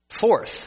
Fourth